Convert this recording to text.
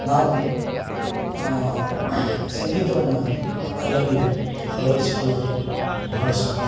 ನಾವು ಸಂಗೀತವನ್ನು ಅಲ್ಲಲ್ಲಿ ಅಳವಡಿಸಿಕೊಳ್ಳೋದು ಬಹಳ ಸೂಕ್ತ